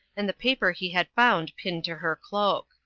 and the paper he had found pinned to her cloak.